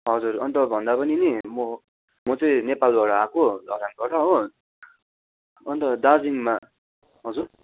हजुर अन्त भन्दा पनि नि म म चाहिँ नेपालबाट आएको धरानबाट हो अन्त दार्जिलिङमा हजुर